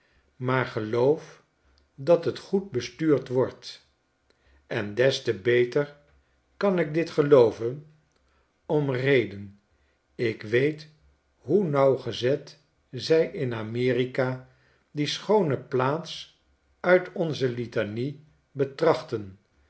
maar geloof dat het goed bestuurd wordt en des te beter kan ik dit gelooven om reden ik weet hoe nauwgezet zij in amerika die schoone plaats uit onze litanie betrachten